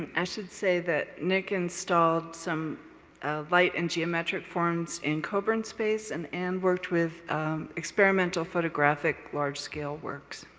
i should say that nick installed some light and geometric forms in cobran space and anne worked with experimental photographic large-scale works.